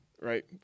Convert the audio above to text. right